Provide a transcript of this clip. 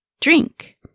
drink